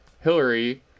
Hillary